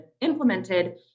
implemented